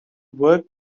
worked